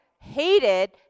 hated